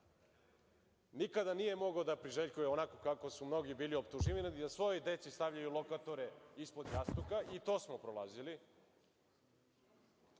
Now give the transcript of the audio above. nikada nije mogao da priželjkuje, onako kako su mnogi bili optuživani, da svojoj deci stavljaju lokatore ispod jastuka, i to smo prolazili.